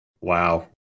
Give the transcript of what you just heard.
Wow